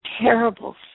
terrible